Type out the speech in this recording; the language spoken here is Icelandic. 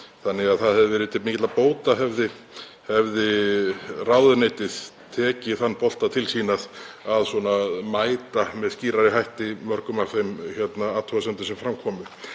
þannig að það hefði verið til mikilla bóta hefði ráðuneytið tekið þann bolta til sín að mæta með skýrari hætti mörgum af þeim athugasemdum sem fram komu.